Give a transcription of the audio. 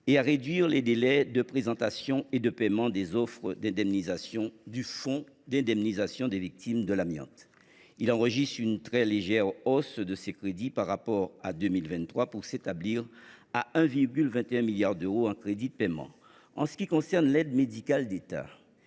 à réduire les délais de présentation et de paiement des offres d’indemnisation du fonds d’indemnisation des victimes de l’amiante. Il enregistre une très légère hausse de ses crédits par rapport à 2023, pour s’établir à 1,21 milliard d’euros de crédits de paiement. En ce qui concerne l’aide médicale de l’État,